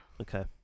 Okay